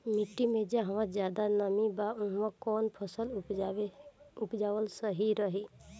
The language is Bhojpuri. मिट्टी मे जहा जादे नमी बा उहवा कौन फसल उपजावल सही रही?